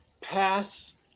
pass